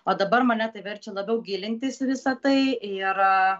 o dabar mane tai verčia labiau gilintis į visa tai ir